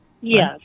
Yes